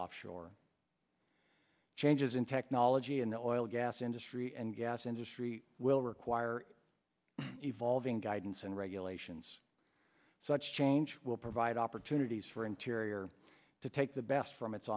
offshore changes in technology and the oil gas industry and gas industry will require evolving guidance and regulations the change will provide opportunities for interior to take the best from it